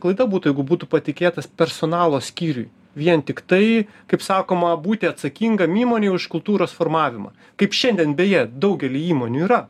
klaida būtų jeigu būtų patikėtas personalo skyriui vien tiktai kaip sakoma būti atsakingam įmonėj už kultūros formavimą kaip šiandien beje daugely įmonių yra